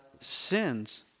sins